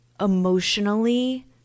emotionally